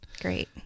Great